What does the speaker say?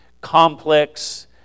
complex